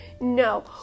no